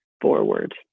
forward